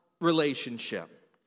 relationship